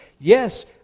Yes